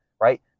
right